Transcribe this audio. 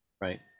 right